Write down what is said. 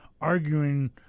arguing